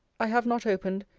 i have not opened,